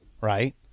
right